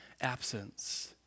absence